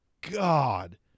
God